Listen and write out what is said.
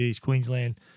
Queensland